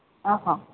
ଓ ହୋ